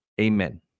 amen